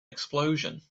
explosion